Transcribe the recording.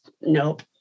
nope